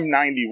M91